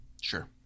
Sure